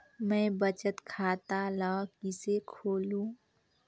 मैं बचत खाता ल किसे खोलूं?